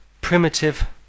primitive